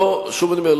ושוב אני אומר,